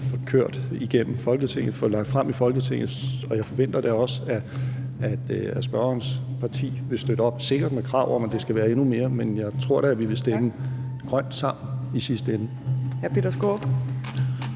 som vi nu får lagt frem i Folketinget. Og jeg forventer da også, at spørgerens parti vil støtte op, sikkert med krav om, at det skal være endnu mere. Men jeg tror da, at vi vil stemme grønt sammen i sidste ende.